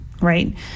right